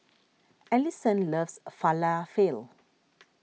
Alyson loves Falafel